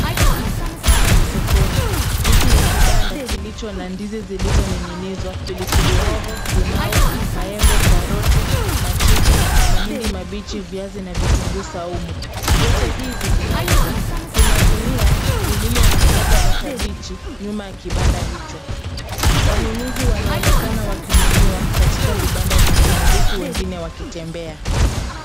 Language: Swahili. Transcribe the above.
Hapa ni sokoni. Hiki ni kibanda kilicho na ndizi zilizoning'inizwa, pilipili hoho, limau, maembe, karoti, machicha, mahindi mabichi, viazi na vitunguu saumu. Vyote hivi vinauzwa. Kuna gunia lililo na mboga za kabeji nyuma ya kibanda hicho. Wanunuzi wanaonekana wakinunua katika vibanda vingine huku wengine wakitembea.